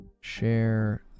share